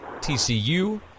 TCU